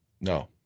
No